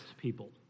people